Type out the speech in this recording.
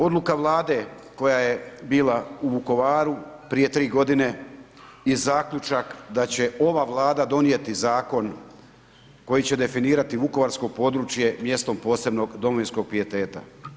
Odluka Vlade koja je bila u Vukovaru prije 3 godine i zaključak da će ova Vlada donijeti zakon koji će definirati vukovarsko područje mjestom posebnog domovinskog pijeteta.